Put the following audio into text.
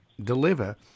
deliver